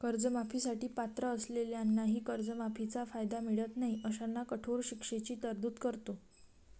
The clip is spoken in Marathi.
कर्जमाफी साठी पात्र असलेल्यांनाही कर्जमाफीचा कायदा मिळत नाही अशांना कठोर शिक्षेची तरतूद करतो